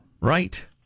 Right